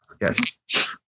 yes